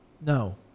no